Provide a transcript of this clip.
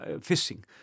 fishing